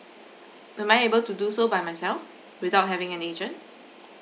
am I able to do so by myself without having an agent